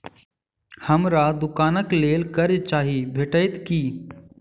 हमरा दुकानक लेल कर्जा चाहि भेटइत की?